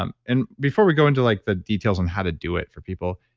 um and before we go into like the details on how to do it for people,